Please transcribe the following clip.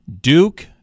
Duke